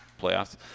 playoffs